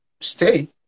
stay